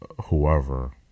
whoever